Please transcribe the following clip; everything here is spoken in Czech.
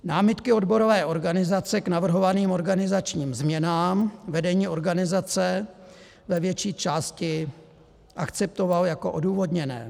Námitky odborové organizace k navrhovaným organizačním změnám vedení organizace ve větší části akceptovalo jako odůvodněné.